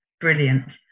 brilliant